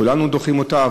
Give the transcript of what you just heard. כולנו דוחים אותה,